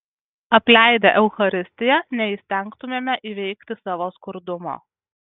apleidę eucharistiją neįstengtumėme įveikti savo skurdumo